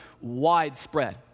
widespread